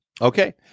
Okay